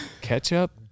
ketchup